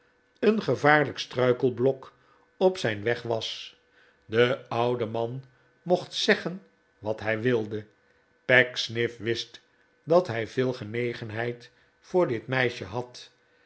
een gevaarlijk struikelblok op zijn weg was de oude man mocht zeggen wat hij wilde pecksniff wist dat hij veel genegenheid voor dit meisje had